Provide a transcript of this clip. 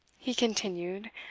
he continued,